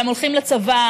והם הולכים לצבא,